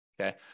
okay